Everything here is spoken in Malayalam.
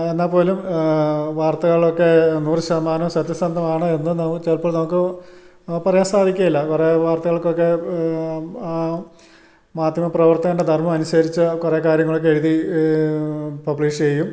എന്നാൽ പോലും വാർത്തകളൊക്കെ നൂറ് ശതമാനവും സത്യസന്ധമാണ് എന്ന് നമുക്ക് ചിലപ്പോൾ നമുക്ക് പറയാൻ സാധിക്കുകയില്ല കുറേ വാർത്തകൾകൊക്കെ മാധ്യമ പ്രവർത്തകൻ്റെ ധർമ്മം അനുസരിച്ചു കുറേ കാര്യങ്ങളൊക്കെ എഴുതി പബ്ലിഷ് ചെയ്യും